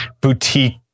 boutique